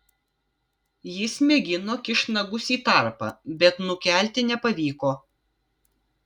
jis mėgino kišt nagus į tarpą bet nukelti nepavyko